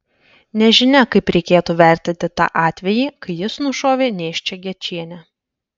nežinia kaip reikėtų vertinti tą atvejį kai jis nušovė nėščią gečienę